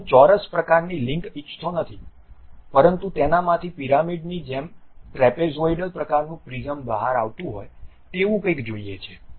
હવે હું ચોરસ પ્રકારની લીંક ઇચ્છતો નથી પરંતુ તેનામાંથી પિરામિડની જેમ ટ્રેપેઝોઇડલ પ્રકારનું પ્રિઝમ બહાર આવતું હોય તેવું કંઈક જોઈએ છે